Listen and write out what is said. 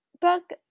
book